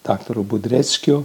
daktaro budreckio